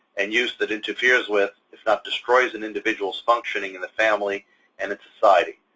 and use that interferes with, if not destroys, an individual's functioning in the family and its society.